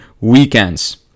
weekends